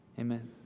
Amen